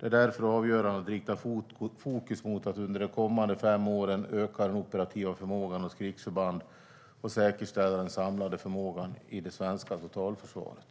Det är därför avgörande att rikta fokus mot att under de kommande fem åren öka den operativa förmågan hos krigsförband och säkerställa den samlade förmågan i det svenska totalförsvaret.